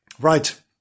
Right